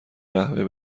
قهوه